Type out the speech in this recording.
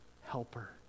helper